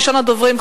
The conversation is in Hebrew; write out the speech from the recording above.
ראשון הדוברים,